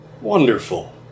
wonderful